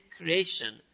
creation